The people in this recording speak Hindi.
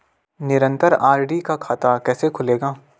निरन्तर आर.डी का खाता कैसे खुलेगा?